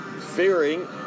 Fearing